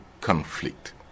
conflict